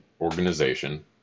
organization